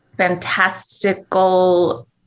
fantastical